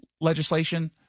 legislation